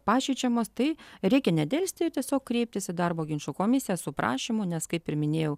pažeidžiamos tai reikia nedelsti tiesiog kreiptis į darbo ginčų komisiją su prašymu nes kaip ir minėjau